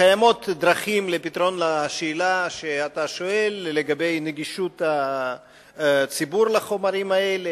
קיימות דרכים לפתרון השאלה שאתה שואל לגבי נגישות הציבור לחומרים האלה.